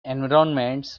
environments